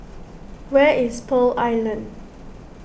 where is Pearl Island